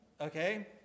Okay